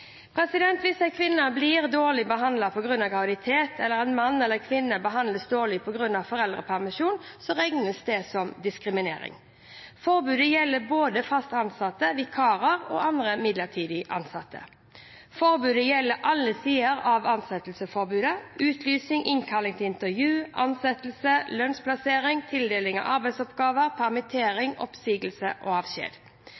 Hvis en kvinne blir dårlig behandlet på grunn av graviditet, eller en mann eller kvinne behandles dårlig på grunn av foreldrepermisjon, regnes det som diskriminering. Forbudet gjelder både fast ansatte, vikarer og andre midlertidig ansatte. Forbudet gjelder alle sider av ansettelsesforholdet – utlysning, innkalling til intervju, ansettelse, lønnsplassering, tildeling av arbeidsoppgaver, permittering, oppsigelse og avskjed.